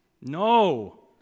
No